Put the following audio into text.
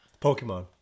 Pokemon